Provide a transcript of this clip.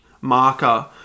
marker